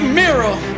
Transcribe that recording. mirror